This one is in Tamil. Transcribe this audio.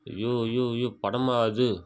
அய்யோ அய்யோ அய்யோ படமா அது